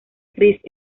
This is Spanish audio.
gris